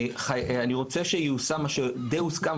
אני רוצה שייושם מה שהוסכם,